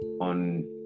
on